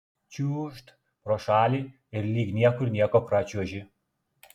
čiūžt pro šalį ir lyg niekur nieko pračiuoži